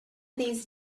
these